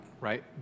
right